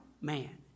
man